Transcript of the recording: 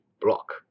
Block